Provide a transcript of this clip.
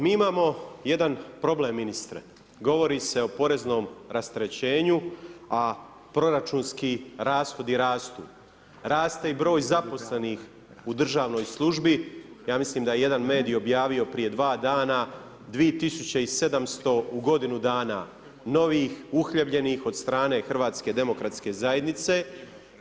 Mi imamo jedan problem ministre, govori se o poreznom rasterećenju a proračunski rashodi rastu, raste i broj zaposlenih u državnoj službi, ja mislim da je jedan medij objavio prije dva dana 2700 u godinu dana novih uhljebljenih od strane HDZ-a.